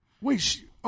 Wait